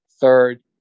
third